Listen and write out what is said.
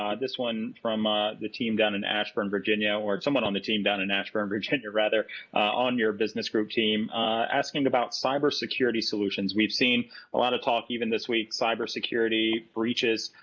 um this one from ah the team down in ashburn, virginia or someone from the team down in ashburn, virginia rather on your business group team asking about fiber security solutions. we've seen a lot of talk even this week fiber security breaches.